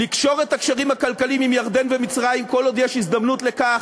לקשור את הקשרים הכלכליים עם ירדן ומצרים כל עוד יש הזדמנות לכך.